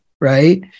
right